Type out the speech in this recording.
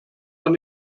man